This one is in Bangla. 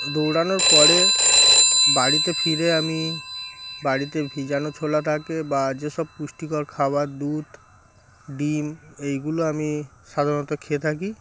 দৌড়ানোর পরে বাড়িতে ফিরে আমি বাড়িতে ভিজানো ছোলা থাকে বা যেসব পুষ্টিকর খাবার দুধ ডিম এইগুলো আমি সাধারণত খেয়ে থাকি